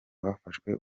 bafashwe